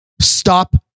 stop